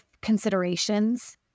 Considerations